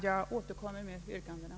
Jag återkommer med yrkandena.